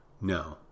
No